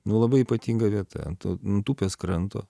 nu labai ypatinga vieta ant upės kranto